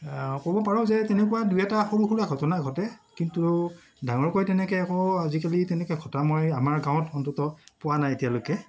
ক'ব পাৰোঁ যে তেনেকুৱা দুই এটা সৰু সুৰা ঘটনা ঘটে কিন্তু ডাঙৰকৈ তেনেকৈ একো আজিকালি তেনেকৈ ঘটা মই আমাৰ গাঁৱত অন্তত পোৱা নাই এতিয়ালৈকে